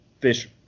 fish